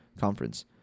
conference